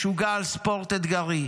משוגע על ספורט אתגרי,